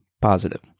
positive